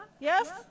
Yes